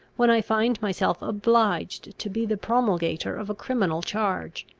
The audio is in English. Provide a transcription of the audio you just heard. when i find myself obliged to be the promulgator of a criminal charge.